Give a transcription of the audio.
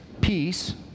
peace